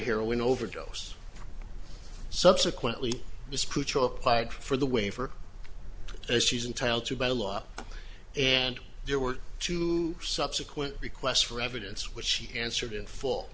heroin overdose subsequently dispute for the way for as she's entitled to by law and there were two subsequent requests for evidence which she answered in full